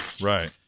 Right